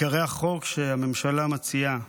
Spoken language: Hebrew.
מעיקרי החוק שהממשלה מציעה,